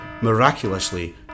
Miraculously